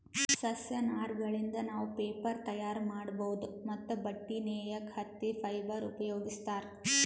ಸಸ್ಯ ನಾರಗಳಿಂದ್ ನಾವ್ ಪೇಪರ್ ತಯಾರ್ ಮಾಡ್ಬಹುದ್ ಮತ್ತ್ ಬಟ್ಟಿ ನೇಯಕ್ ಹತ್ತಿ ಫೈಬರ್ ಉಪಯೋಗಿಸ್ತಾರ್